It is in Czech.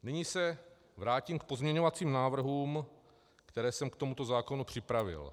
Nyní se vrátím k pozměňovacím návrhům, které jsem k tomuto zákonu připravil.